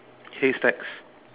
hay stacks